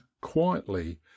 quietly